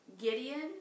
Gideon